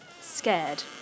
scared